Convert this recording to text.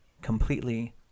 completely